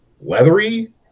leathery